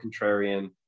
contrarian